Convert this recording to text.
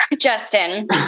Justin